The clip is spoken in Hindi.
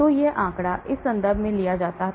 तो यह आंकड़ा इस संदर्भ से लिया गया था